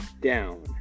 down